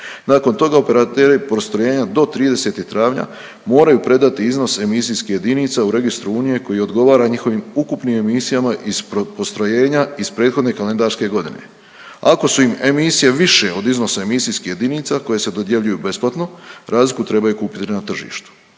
Nakon toga operateri postrojenja do 30. travnja moraju predati iznos emisijskih jedinica u registru Unije koji odgovara njihovim ukupnim emisijama iz postrojenja iz prethodne kalendarske godine. Ako su im emisije više od iznosa emisijskih jedinica koje se dodijeljuju besplatno, razliku trebaju kupiti na tržištu.